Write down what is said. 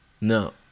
No